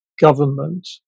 government